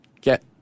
get